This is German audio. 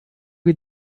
wir